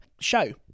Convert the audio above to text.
show